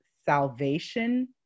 salvation